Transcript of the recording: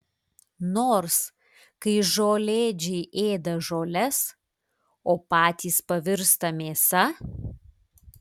nors kai žolėdžiai ėda žoles o patys pavirsta mėsa